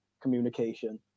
communication